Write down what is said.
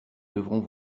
devront